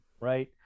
right